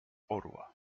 orła